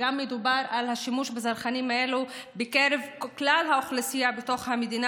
מדובר גם על השימוש בזרחנים אלה בקרב כלל האוכלוסייה בתוך המדינה,